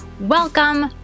Welcome